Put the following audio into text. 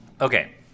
Okay